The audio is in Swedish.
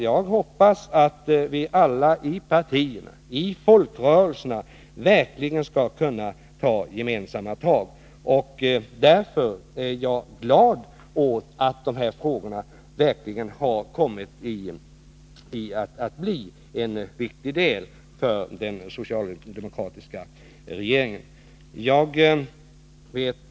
Jag hoppas att vi alla, i partierna och i folkrörelserna, verkligen skall kunna ta gemensamma tag. Jag är således glad åt att de här frågorna verkligen har kommit att utgöra en viktig del av den socialdemokratiska regeringens arbete.